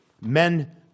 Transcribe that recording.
Men